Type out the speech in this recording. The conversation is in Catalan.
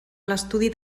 l’estudi